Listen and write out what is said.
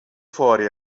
fuori